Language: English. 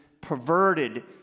perverted